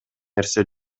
нерсе